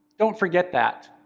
don't forget that,